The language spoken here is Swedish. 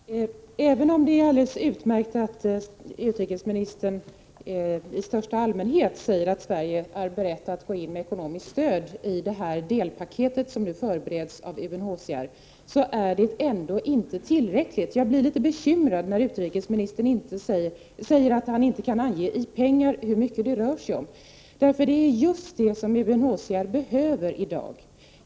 dä Herr talman! Även om det är alldeles utmärkt att utrikesministern i största allmänhet säger att Sverige är berett att gå in med ekonomiskt stöd till detta delpaket som nu förbereds av UNHCR är detta ändå inte tillräckligt. Jag blir litet bekymrad när utrikesministern säger att han inte i pengar kan ange hur mycket det rör sig om. Det är just pengar som UNHCR behöver i dag.